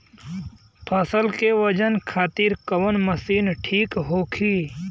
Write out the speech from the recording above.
फसल के वजन खातिर कवन मशीन ठीक होखि?